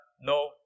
no